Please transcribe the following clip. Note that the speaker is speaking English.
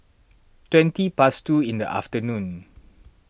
twenty past two in the afternoon